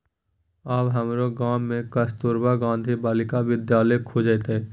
आब हमरो गाम मे कस्तूरबा गांधी बालिका विद्यालय खुजतै